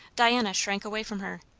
diana shrank away from her.